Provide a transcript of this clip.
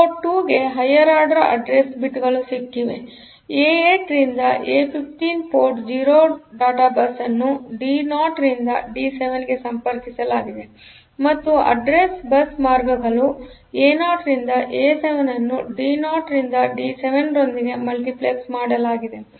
port 2 ಗೆ higher order address ಬಿಟ್ಗಳು ಸಿಕ್ಕಿದೆಎ 8 ರಿಂದ ಎ 15 ಪೋರ್ಟ್ 0ಡೇಟಾ ಬಸ್ ಅನ್ನು ಡಿ 0 ರಿಂದ ಡಿ 7 ಗೆ ಸಂಪರ್ಕಿಸಲಾಗಿದೆ ಮತ್ತು ಅಡ್ರೆಸ್ ಬಸ್ ಮಾರ್ಗಗಳುಎ0 ರಿಂದ ಎ 7 ಅನ್ನು ಡಿ 0 ರಿಂದ ಡಿ 7 ರೊಂದಿಗೆ ಮಲ್ಟಿಪ್ಲೆಕ್ಸ್ ಮಾಡಲಾಗಿದೆ